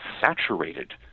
saturated